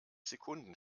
sekunden